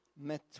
Met